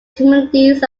comedies